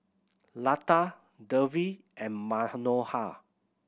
Lata Devi and Manohar